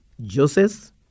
Joseph